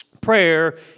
Prayer